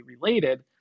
related